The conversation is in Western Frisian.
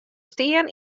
stean